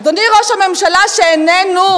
אדוני ראש הממשלה, שאיננו,